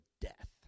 death